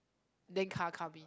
then car come in